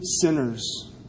sinners